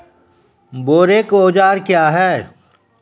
बोरेक औजार क्या हैं?